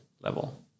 level